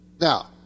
Now